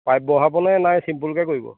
pipe বঢ়াবনে নাই চিম্পুলকৈ কৰিব